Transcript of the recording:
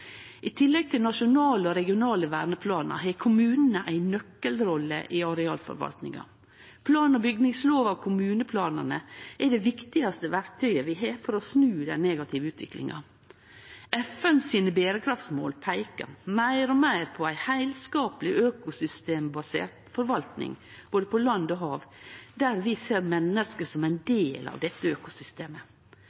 I tillegg til nasjonale og regionale verneplanar har kommunane ei nøkkelrolle i arealforvaltinga. Plan- og bygningslova og kommuneplanane er det viktigaste verktøyet vi har for å snu den negative utviklinga. Berekraftsmåla til FN peikar meir og meir på ei heilskapleg, økosystembasert forvalting, på både land og hav, der vi ser mennesket som ein